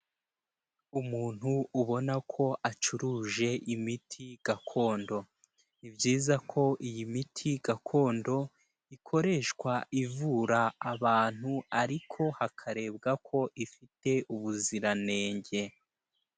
Umuntu ubona ko acuruje imiti gakondo ni byiza ko iyi miti gakondo ikoreshwa ivura abantu ariko hakarebwa ko ifite ubuziranenge.